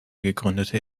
gegründete